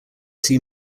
see